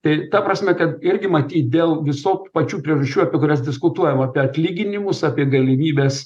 tai ta prasme kad irgi matyt dėl visok pačių priežasčių apie kurias diskutuojam apie atlyginimus apie galimybes